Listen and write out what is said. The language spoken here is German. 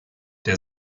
der